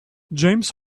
james